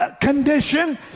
condition